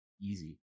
easy